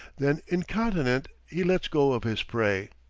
than incontinent he lets go of his prey.